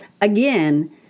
Again